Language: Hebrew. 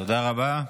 תודה רבה.